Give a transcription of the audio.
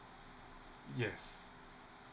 yes